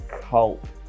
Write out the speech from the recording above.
cult